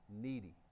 needy